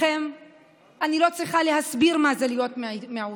לכם אני לא צריכה להסביר מה זה להיות מיעוט.